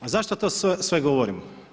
A zašto to sve govorim?